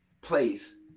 place